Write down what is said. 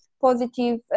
positive